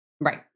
Right